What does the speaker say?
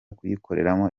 kuyikoreramo